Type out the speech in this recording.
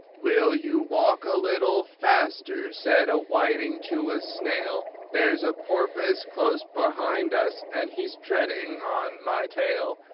will you walk a little faster? said a whiting to a snail, there's a porpoise close behind us, and he's treading on my tail.